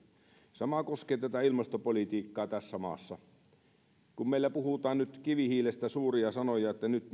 sama koskee ilmastopolitiikkaa tässä maassa meillä puhutaan nyt kivihiilestä suuria sanoja että nyt